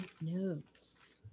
notes